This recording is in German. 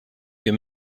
wir